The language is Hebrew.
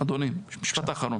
אדוני, משפט אחרון.